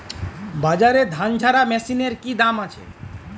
বাজারে ধান ঝারা মেশিনের কি দাম আছে?